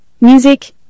music